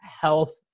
health